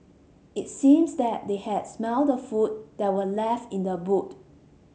it seems that they had smelt the food that were left in the boot